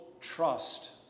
trust